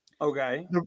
Okay